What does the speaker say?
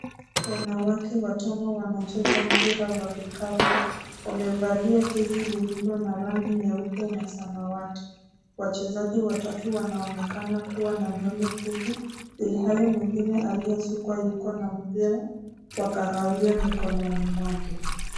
Wanawake watano wanacheza mpira wa kikapu, wamevalia jezi lililo na rangi nyeupe na samawati. Wachezaji watatu wanaonekana kuwa na nywele fupi ilhali mwingine aliyesukwa yuko na mpira wa kahawia mikononi mwake.